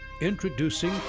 Introducing